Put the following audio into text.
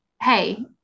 hey